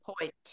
point